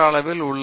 பேராசிரியர் பி